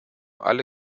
alle